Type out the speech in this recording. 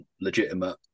legitimate